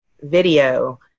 video